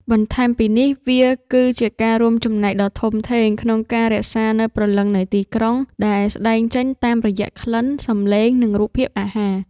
បន្ថែមពីនេះ វាគឺជាការរួមចំណែកដ៏ធំធេងក្នុងការរក្សានូវ ព្រលឹងនៃទីក្រុង ដែលស្តែងចេញតាមរយៈក្លិន សំឡេង និងរូបភាពអាហារ។